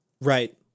Right